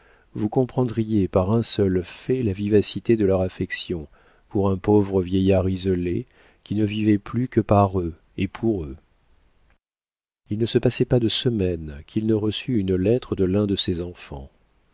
vous comprendriez par un seul fait la vivacité de leur affection pour un pauvre vieillard isolé qui ne vivait plus que par eux et pour eux il ne se passait pas de semaine qu'il ne reçût une lettre de l'un de ses enfants